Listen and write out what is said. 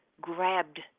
grabbed